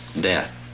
death